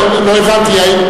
לא הבנתי.